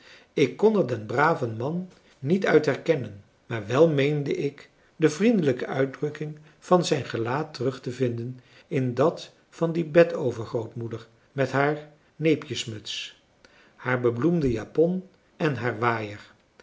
ik kon er den braven man niet uit herkennen maar wel meende ik de vriendelijke uitdrukking van zijn gelaat terug te vinden in dat van die betovergrootmoeder met haar neepjesmuts haar bebloemde japon en haar waaier